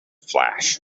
flash